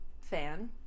fan